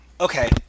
Okay